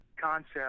concept